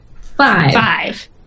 Five